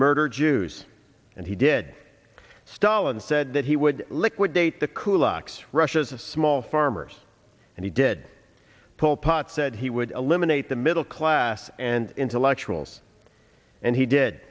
murder jews and he did stalin said that he would liquidate the coolest russia's a small farmers and he did pull pot said he would eliminate the middle class and intellectuals and he did